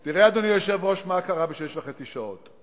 תראה, אדוני היושב-ראש, מה קרה בשש וחצי שעות.